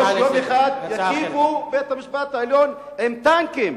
שיום אחד יתקיפו את בית-המשפט העליון עם טנקים,